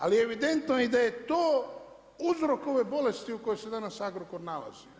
Ali je evidentno i da je to uzrok ovoj bolesti u kojoj se danas Agrokor nalazi.